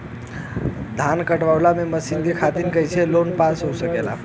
धान कांटेवाली मशीन के खातीर कैसे लोन पास हो सकेला?